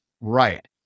Right